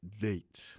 date